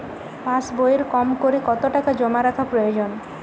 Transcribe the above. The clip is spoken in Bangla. পাশবইয়ে কমকরে কত টাকা জমা রাখা প্রয়োজন?